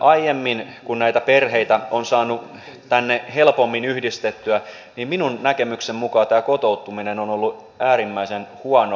aiemmin kun näitä perheitä on saanut tänne helpommin yhdistettyä minun näkemykseni mukaan tämä kotoutuminen on ollut äärimmäisen huonoa